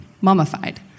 mummified